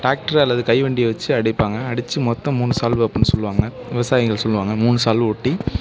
tractor அல்லது கைவண்டியை வச்சு அடிப்பாங்க அடித்து மொத்தம் மூணு சால்வ் அப்புடின்னு சொல்வாங்க விவசாயிங்கள் சொல்லுவாங்க மூணு சால்வ் ஓட்டி